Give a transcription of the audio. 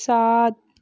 सात